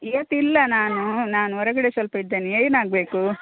ಇವತ್ತಿಲ್ಲ ನಾನು ನಾನು ಹೊರಗಡೆ ಸ್ವಲ್ಪ ಇದ್ದೇನೆ ಏನಾಗಬೇಕು